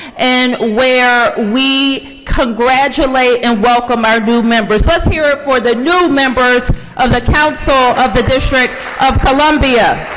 and where we congratulate and welcome our new members. let's hear it for the new members of the council of the district of columbia.